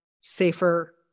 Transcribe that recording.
safer